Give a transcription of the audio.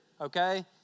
okay